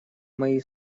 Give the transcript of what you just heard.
мои